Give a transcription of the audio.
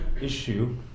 issue